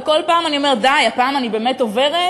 וכל פעם אני אומרת: די, הפעם אני באמת עוברת,